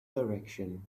direction